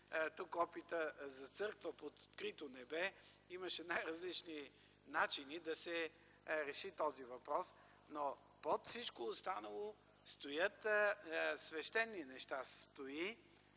тук опит за църква под открито небе. Имаше най-различни начини да се реши този въпрос. Но под всичко останало стоят свещени неща, стои